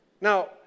Now